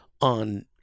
on